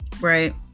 Right